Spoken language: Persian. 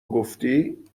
گفتی